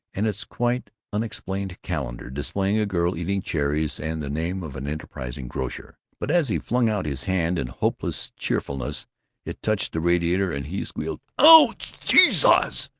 and its quite unexplained calendar, displaying a girl eating cherries, and the name of an enterprising grocer. but as he flung out his hand in hopeless cheerfulness it touched the radiator, and he squealed ouch! jesus!